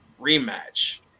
Rematch